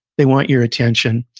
they want your attention,